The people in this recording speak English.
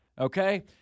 okay